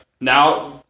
now